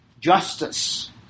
justice